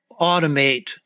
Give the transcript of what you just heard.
automate